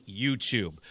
YouTube